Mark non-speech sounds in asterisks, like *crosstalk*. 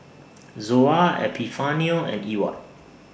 *noise* Zoa Epifanio and Ewart